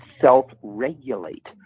self-regulate